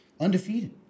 Undefeated